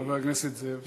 חבר הכנסת זאב.